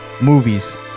movies